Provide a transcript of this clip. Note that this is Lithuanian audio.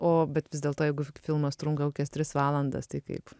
o bet vis dėlto jeigu filmas trunka kokias tris valandas tai kaip